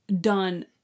done